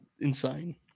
insane